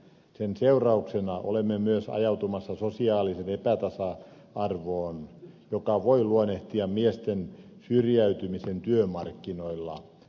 sen seurauksena olemme myös ajautumassa sosiaaliseen epätasa arvoon joka voi luonnehtia miesten syrjäytymisen työmarkkinoilla